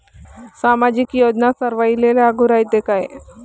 सामाजिक योजना सर्वाईले लागू रायते काय?